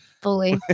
Fully